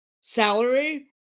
salary